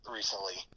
recently